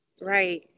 right